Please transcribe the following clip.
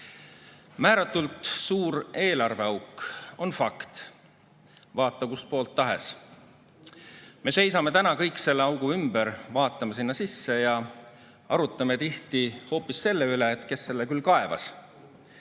Määratult suur eelarveauk on fakt, vaata kust poolt tahes. Me seisame täna kõik selle augu ümber, vaatame sinna sisse ja arutame tihti hoopis selle üle, kes selle küll kaevas.